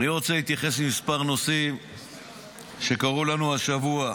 אני רוצה להתייחס לכמה נושאים שקרו לנו השבוע,